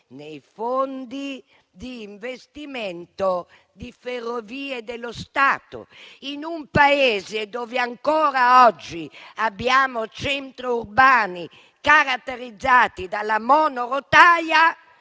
dai fondi di investimento di Ferrovie dello Stato: in un Paese dove ancora oggi abbiamo centri urbani caratterizzati dalla monorotaia,